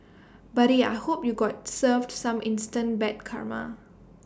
buddy I hope you got served some instant bad karma